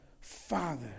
Father